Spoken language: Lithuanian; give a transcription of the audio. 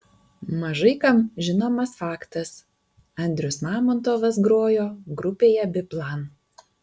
mažai kam žinomas faktas andrius mamontovas grojo grupėje biplan